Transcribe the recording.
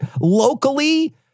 Locally